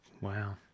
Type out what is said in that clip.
wow